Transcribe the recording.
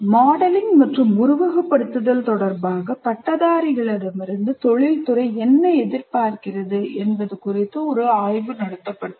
modelling மற்றும் உருவகப்படுத்துதல் தொடர்பாக பட்டதாரிகளிடமிருந்து தொழில்துறை என்ன எதிர்பார்க்கிறது என்பது குறித்து ஒரு ஆய்வு நடத்தப்பட்டது